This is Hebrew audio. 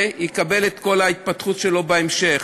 ויקבל את כל ההתפתחות שלו בהמשך.